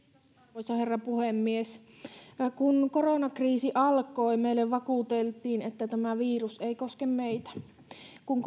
arvoisa herra puhemies kun koronakriisi alkoi meille vakuuteltiin että tämä virus ei koske meitä kun